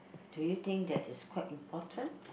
do you think that it's quite important